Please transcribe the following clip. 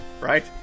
Right